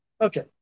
Okay